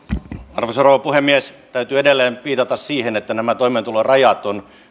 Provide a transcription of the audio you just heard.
arvoisa rouva puhemies täytyy edelleen viitata siihen että nämä toimeentulorajat on